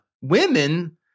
Women